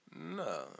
No